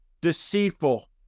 deceitful